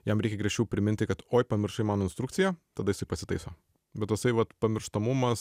jam reikia greičiau priminti kad oi pamiršai mano instrukciją tada jisai pasitaiso bet tasai vat pamirštamumas